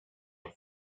will